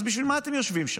אז בשביל מה אתם יושבים שם?